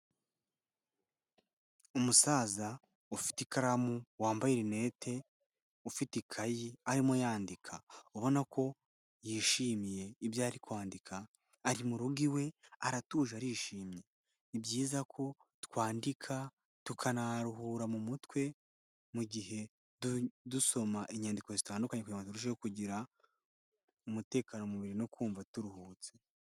Umusaza ufite ikaramu wambaye rinete, ufite ikayi arimo yandika, ubona ko yishimiye ibyo ari kwandika, ari mu rugo iwe aratuje arishimye, ni byiza ko twandika tukanaruhura mu mutwe mu gihe dusoma inyandiko zitandukanye kugira ngo turushaho kugira umutekano mubiri no kumva turuhutse.